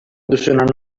duzun